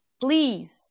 please